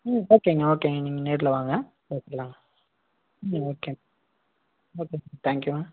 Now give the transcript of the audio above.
ம் ஓகேங்க ஓகேங்க நீங்கள் நேர்ல வாங்க பேசிக்கலாம் ம் ஓகே ஓகேங்க தேங்க்யூங்க